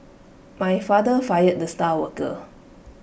my father fired the star worker